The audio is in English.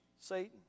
Satan